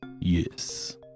Yes